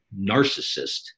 narcissist